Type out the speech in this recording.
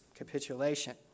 capitulation